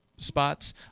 spots